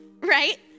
Right